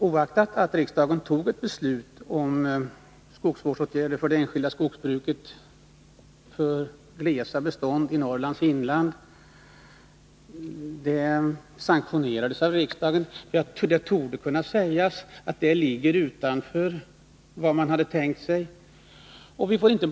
Oaktat att besluten om bidrag ur skogsvårdsavgiftsmedlen till det enskilda skogsbruket och för avveckling av glesa bestånd i Norrlands inland sanktionerades av riksdagen torde det kunna sägas att de ligger utanför vad man hade tänkt sig.